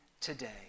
today